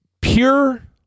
pure